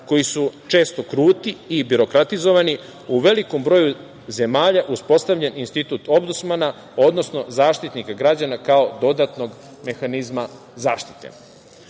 koji su često kruti i birokratizovani, u velikom broju zemalja uspostavljen institut Ombudsmana, odnosno Zaštitnika građana kao dodatnog mehanizma zaštite.